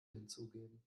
hinzugeben